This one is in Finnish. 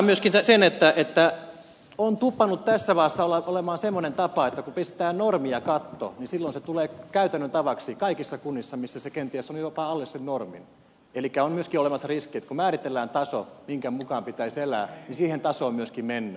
sanonpa myöskin sen että on tupannut tässä maassa olemaan semmoinen tapa että kun pistää normia kattoon niin silloin se tulee käytännön tavaksi kaikissa kunnissa missä se kenties on jopa alle sen normin elikkä on myöskin olemassa riski että kun määritellään taso minkä mukaan pitäisi elää niin siihen tasoon myöskin mennään